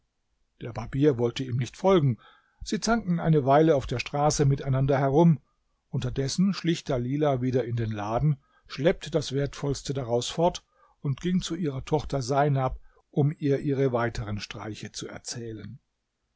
der barbier wollte ihm nicht folgen sie zankten eine weile auf der straße miteinander herum unterdessen schlich dalilah wieder in den laden schleppte das wertvollste daraus fort und ging zu ihrer tochter seinab um ihr ihre weiteren streiche zu erzählen